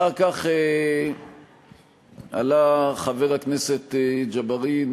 אחר כך עלה חבר הכנסת ג'בארין